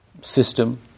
system